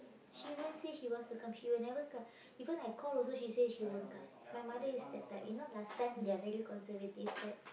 she won't say she wants to come she will never come even I call also she say she won't come my mother is that type you know last time they are very conservative type